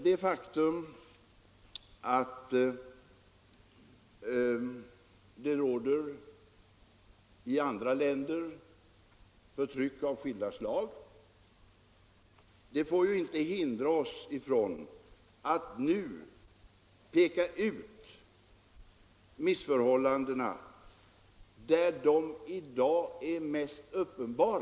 Det faktum att det i andra länder råder förtryck och förtryck av skilda slag får inte hindra oss från att nu peka ut missförhållandena där de i dag är mest uppenbara.